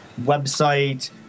website